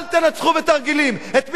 חבר הכנסת וקנין, אל תנצחו בתרגילים.